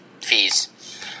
fees